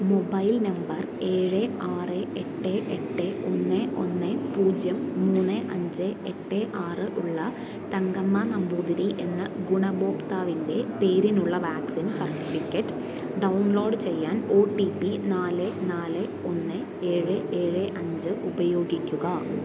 mobile number ഏഴ് ആറ് എട്ട് എട്ട് ഒന്ന് ഒന്ന് പൂജ്യം മൂന്ന് അഞ്ച് എട്ട് ആറ് ഉള്ള തങ്കമ്മ നമ്പൂതിരി എന്ന ഗുണഭോക്താവിൻ്റെ പേരിനുള്ള വാക്സിൻ സർട്ടിഫിക്കറ്റ് ഡൗൺലോഡ് ചെയ്യാൻ ഒ ടി പി നാലെ നാല് ഒന്ന് ഏഴ് ഏഴ് അഞ്ച് ഉപയോഗിക്കുക